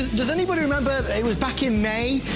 does anyone remember back in may,